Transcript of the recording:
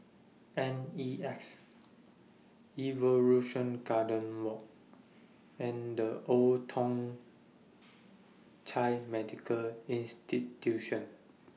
N E X Evolution Garden Walk and The Old Thong Chai Medical Institution